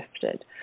shifted